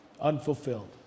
unfulfilled